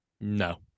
no